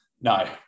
No